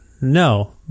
No